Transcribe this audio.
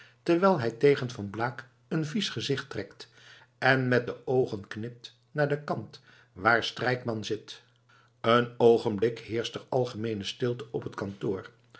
terwijl hij tegen van blaak een vies gezicht trekt en met de oogen knipt naar den kant waar strijkman zit een oogenblik heerscht er algemeene stilte op het kantoor